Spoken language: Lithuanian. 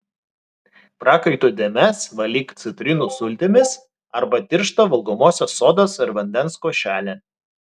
prakaito dėmes valyk citrinų sultimis arba tiršta valgomosios sodos ir vandens košele